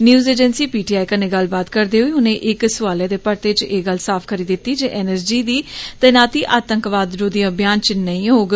news agency P TI कन्ने गल्लबात करदे होई उने इक सुआले दे परते च एह गल्ल साफ करी दिती ते एन एस जी दी तैनाती आतंकवाद रौधी अभियान च नेई होग